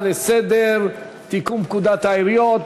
תיקון פקודת העיריות.